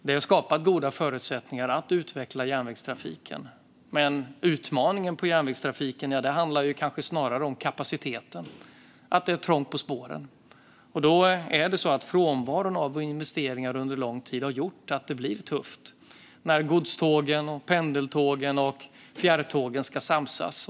Det skapar goda förutsättningar att utveckla järnvägstrafiken. Utmaningen för järnvägstrafiken handlar kanske snarare om kapaciteten - det är trångt på spåren. Den långvariga frånvaron av investeringar har gjort att det blir tufft när godstågen, pendeltågen och fjärrtågen ska samsas.